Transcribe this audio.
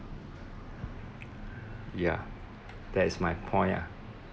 ya that is my point ah